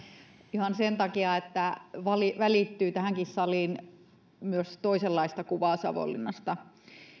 ihan sen takia että välittyy tähänkin saliin myös toisenlaista kuvaa savonlinnasta